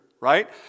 right